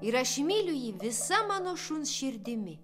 ir aš myliu jį visa mano šuns širdimi